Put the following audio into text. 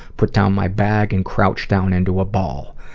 put down my bag and crouch down into a ball.